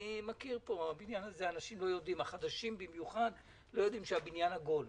האנשים בבית הזה בחדשים במיוחד לא יודעים שהבניין עגול,